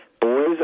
Boys